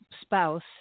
spouse